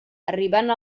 arribant